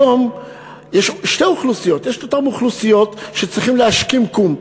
היום יש שתי אוכלוסיות: יש את אותן אוכלוסיות שצריכות להשכים קום.